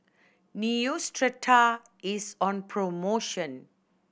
Neostrata is on promotion